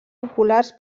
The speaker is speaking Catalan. populars